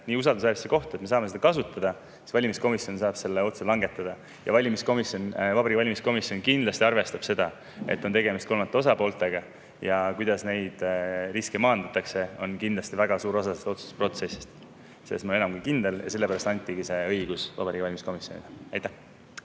nii usaldusväärsesse kohta, et me saame seda kasutada, siis valimiskomisjon saab selle otsuse langetada. Vabariigi Valimiskomisjon kindlasti arvestab seda, et on tegemist kolmandate osapooltega. See, kuidas neid riske maandatakse, on kindlasti väga suur osa otsustusprotsessist. Ma olen selles enam kui kindel. Sellepärast antigi see õigus Vabariigi Valimiskomisjonile.